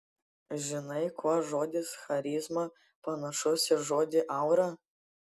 žinai kuo žodis charizma panašus į žodį aura